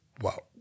wow